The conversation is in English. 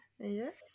Yes